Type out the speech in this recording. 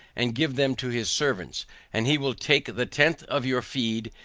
and give them to his servants and he will take the tenth of your feed,